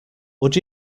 would